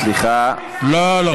על מה, סליחה, לא, לא.